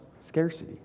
scarcity